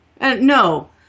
No